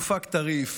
מוואפק טריף,